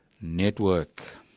Network